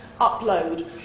upload